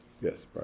Yes